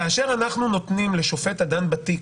כאשר אנחנו נותנים את ההחלטה בידי השופט הדן בתיק,